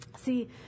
See